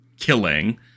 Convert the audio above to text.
killing